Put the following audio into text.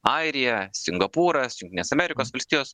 airija singapūras jungtinės amerikos valstijos